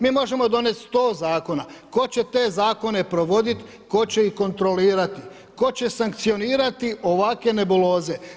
Mi možemo donesti 100 zakona, tko će te zakone provoditi, tko će ih kontrolirati, tko će sankcionirati ovakve nebuloze.